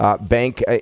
bank